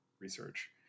research